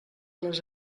les